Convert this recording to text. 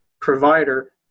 provider